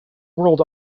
world